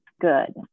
good